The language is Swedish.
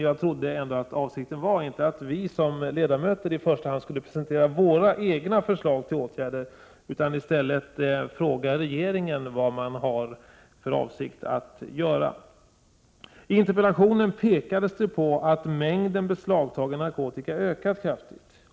Jag trodde inte att avsikten var att vi som ledamöter i första hand skulle presentera våra egna förslag till åtgärder, utan att avsikten i stället var att vi kunde fråga regeringen vad den har för avsikt att göra. I interpellationen påpekades att mängden beslagtagen narkotika ökat kraftigt.